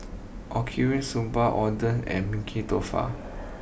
Okinawa Soba Oden and